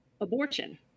abortion